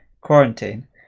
quarantine